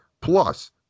plus